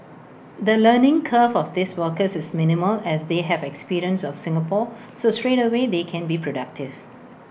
the learning curve of these workers is minimal as they have experience of Singapore so straightaway they can be productive